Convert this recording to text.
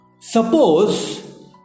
suppose